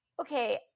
okay